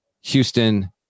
Houston